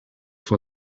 for